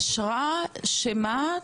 אשרה שמה?